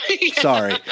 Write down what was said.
sorry